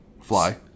Fly